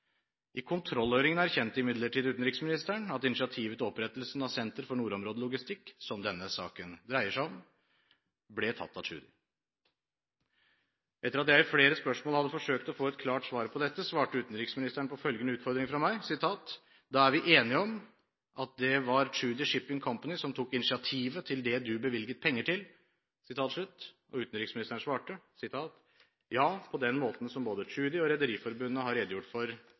I kontrollhøringen erkjente imidlertid utenriksministeren at initiativet til opprettelsen av Senter for nordområdelogistikk, som denne saken dreier seg om, ble tatt av Tschudi. Etter at jeg i flere spørsmål hadde forsøkt å få et klart svar på dette, svarte utenriksministeren på følgende utfordring fra meg: «Og da er vi enige om at det var Tschudi Shipping Company som tok initiativet til det du bevilger penger til?» Og utenriksministeren svarte: «Ja, på den måten som både Tschudi og Rederiforbundet har redegjort for